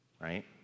right